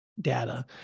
data